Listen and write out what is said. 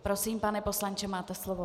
Prosím, pane poslanče, máte slovo.